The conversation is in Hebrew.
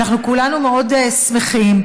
ואנחנו כולנו מאוד שמחים,